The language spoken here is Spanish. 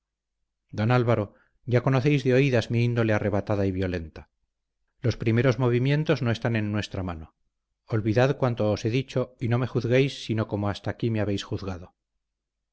don álvaro ya conocéis de oídas mi índole arrebatada y violenta los primeros movimientos no están en nuestra mano olvidad cuanto os he dicho y no me juzguéis sino como hasta aquí me habéis juzgado